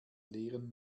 leeren